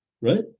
right